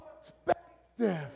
perspective